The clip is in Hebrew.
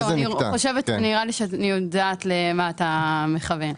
נראה לי שאני יודעת למה אתה מכוון.